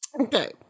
Okay